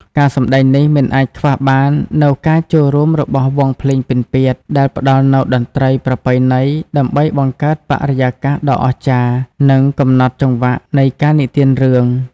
ការសម្តែងនេះមិនអាចខ្វះបាននូវការចូលរួមរបស់ វង់ភ្លេងពិណពាទ្យ ដែលផ្តល់នូវតន្ត្រីប្រពៃណីដើម្បីបង្កើតបរិយាកាសដ៏អស្ចារ្យ និងកំណត់ចង្វាក់នៃការនិទានរឿង។